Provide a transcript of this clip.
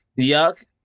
Yuck